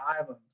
island